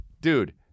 Dude